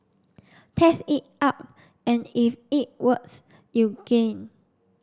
test it out and if it works you gain